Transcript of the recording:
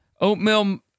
Oatmeal